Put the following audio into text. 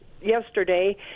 yesterday